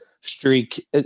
streak